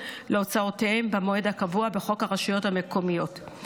להוצאותיהם במועד הקבוע בחוק הרשויות המקומיות.